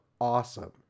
awesome